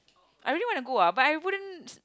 I really want to go ah but I wouldn't